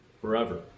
forever